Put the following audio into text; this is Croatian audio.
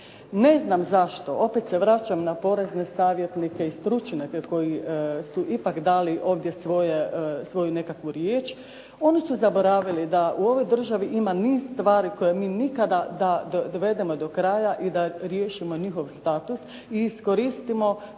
Ne znam zašto, opet se vraćam na porezne savjetnike i stručnjake koji su ipak dali ovdje svoju nekakvu riječ. Oni su zaboravili da u ovoj državi ima niz stvari koje mi nikada da dovedemo do kraja i da riješimo njihov status i iskoristimo